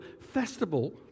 festival